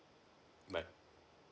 but